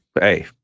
hey